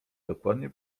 dokładnie